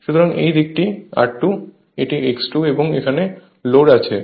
সুতরাং এই দিকটি R2 এটি X2 এবং এখানে লোড আছে